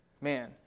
man